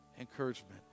encouragement